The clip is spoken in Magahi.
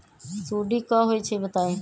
सुडी क होई छई बताई?